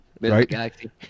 Right